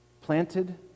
planted